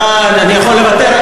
אני יכול לוותר,